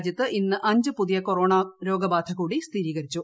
രാജ്യത്ത് ഇന്ന് അഞ്ച് പുതിയ കൊറോണ രോഗ ബാധ കൂടി സ്ഥിരീകരിച്ചു